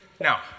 Now